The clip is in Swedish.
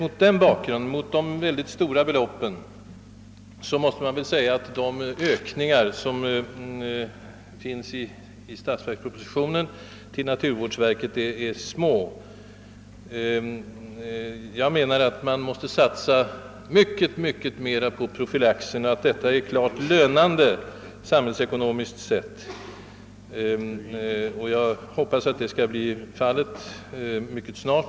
Sett mot bakgrund av de väldigt stora belopp som satsas på vård av sjuka människor måste man väl säga att de ökningar av anslagen till naturvårdsverket som finns i statsverkspropositionen är små. Jag anser att man måste satsa mycket mer på profylaxen och att detta också måste vara klart lönande, samhällsekonomiskt sett. Jag hoppas att den ökade satsningen kommer mycket snart.